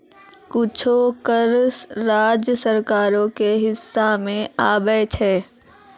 कुछो कर राज्य सरकारो के हिस्सा मे आबै छै